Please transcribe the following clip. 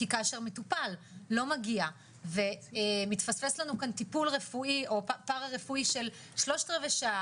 כי כאשר מטופל לא מגיע ומתפספס טיפול רפואי או פרה רפואי של 30 דקות,